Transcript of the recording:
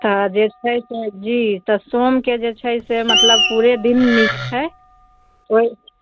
तऽ जे छै से जी तऽ सोमके जे छै से मतलब पूरे दिन नीक छै ओहि